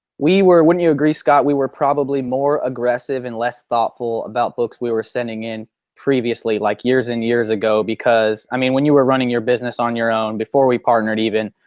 we were, wouldn't you agree scott, we were probably more aggressive and less thoughtful about books we were sending in previously like years and years ago? because, i mean when you were running your business on your own, before we partnered even.